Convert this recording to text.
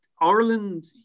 ireland